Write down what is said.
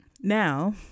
now